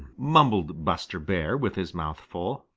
mumbled buster bear with his mouth full,